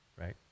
Right